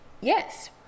Yes